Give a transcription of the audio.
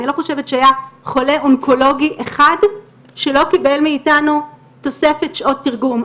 אני לא חושבת שהיה חולה אונקולוגי אחד שלא קיבל מאתנו תוספת שעות תרגום.